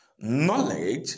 Knowledge